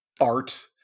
art